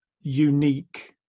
unique